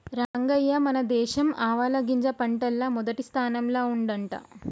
రంగయ్య మన దేశం ఆవాలగింజ పంటల్ల మొదటి స్థానంల ఉండంట